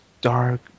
dark